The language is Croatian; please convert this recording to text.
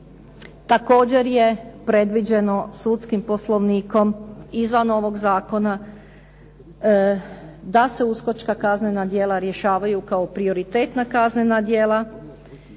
Također je predviđeno sudskim poslovnikom izvan ovoga zakona da se uskočka kaznena djela rješavaju kao prioritetna kaznena djela